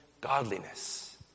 godliness